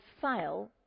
fail